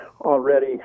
already